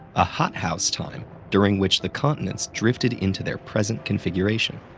a hothouse time during which the continents drifted into their present configuration.